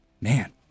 man